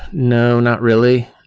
no, not really.